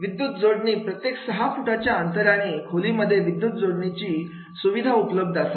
विद्युत जोडणी प्रत्येक सहा फुटाच्या अंतराने खोलीमध्ये विद्युत जोडणीची सुविधा उपलब्ध असावी